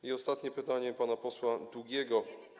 I ostatnie pytanie, pana posła Długiego.